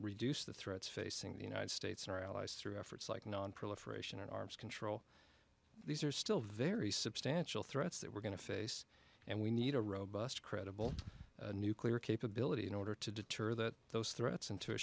reduce the threats facing the united states and our allies through efforts like nonproliferation and arms control these are still very substantial threats that we're going to face and we need a robust credible nuclear capability in order to deter that those threats and to